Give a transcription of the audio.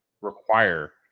require